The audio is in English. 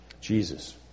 Jesus